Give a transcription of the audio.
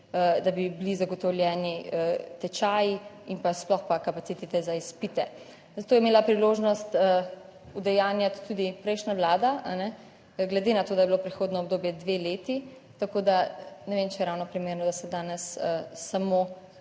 da bi bili zagotovljeni tečaji in pa sploh pa kapacitete za izpite. Zato je imela priložnost udejanjati tudi prejšnja vlada, glede na to, da je bilo prehodno obdobje dve leti, tako da ne vem, če je ravno primerno, da se danes samo